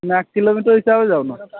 ନା କିଲୋମିଟର ହିସାବରେ ଯାଉନୁ